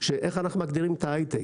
איך אנחנו מגדירים את ההיי-טק.